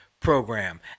Program